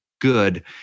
good